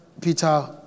Peter